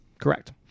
correct